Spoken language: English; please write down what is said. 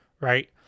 right